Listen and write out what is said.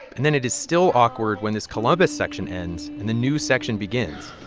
and then it is still awkward when this columbus section ends, and the new section begins